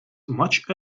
much